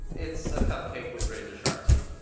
it's a cupcake with razor sharp teeth.